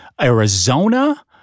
Arizona